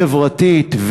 חברתית,